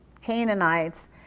Canaanites